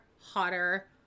hotter